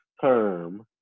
term